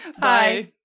Bye